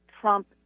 Trump